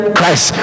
Christ